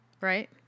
Right